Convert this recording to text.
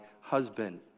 husband